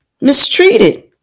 mistreated